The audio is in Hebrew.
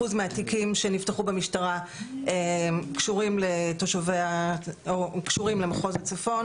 2% מהתיקים שנפתחו במשטרה קשורים למחוז הצפון